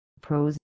pros